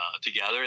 together